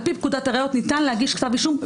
על פי פקודת הראיות ניתן להגיש כתב אישום,